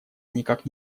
никак